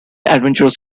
adventures